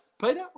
Peter